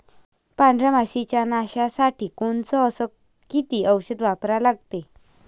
पांढऱ्या माशी च्या नाशा साठी कोनचं अस किती औषध वापरा लागते?